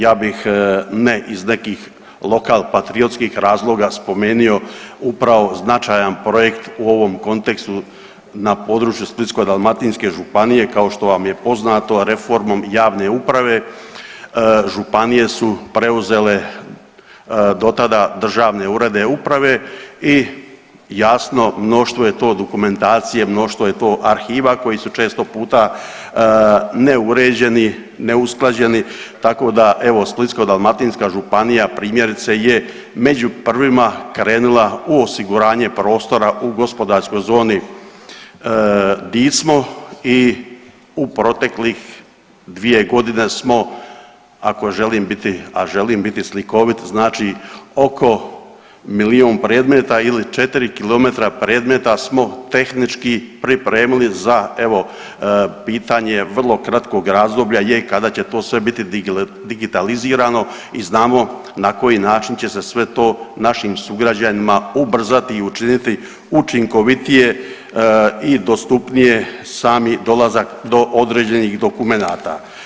Ja bih ne iz nekih lokalpatriotskih razloga spomenio upravo značajan projekt u ovom kontekstu na području Splitsko-dalmatinske županije kao što vam je poznato, a reformom javne uprave županije su preuzele dotada državne urede uprave i jasno mnoštvo je to dokumentacije, mnoštvo je to arhiva koji su često puta neuređeni, neusklađeni tako da evo Splitsko-dalmatinska županija primjerice je među prvima krenula u osiguranje prostora u gospodarskoj zoni Dicmo i u proteklih 2 godine smo, ako želim biti, a želim biti slikovit znači oko milijun predmeta ili 4 kilometra predmeta smo tehnički pripremili za evo pitanje vrlo kratkog razdoblja je kada će to sve to biti digitalizirano i znamo na koji način će se sve to našim sugrađanima ubrzati i učiniti učinkovitije i dostupnije sami dolazak do određenih dokumenata.